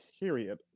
Period